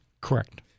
correct